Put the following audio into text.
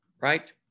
right